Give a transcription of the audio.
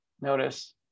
Notice